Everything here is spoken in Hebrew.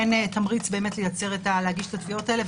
אין תמריץ להגיש את התביעות האלה,